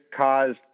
caused